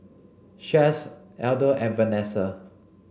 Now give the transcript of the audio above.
Chace Elda and Venessa